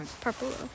Purple